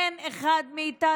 אין אחד מאיתנו,